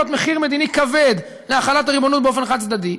מחיר מדיני כבד להחלת הריבונות באופן חד-צדדי,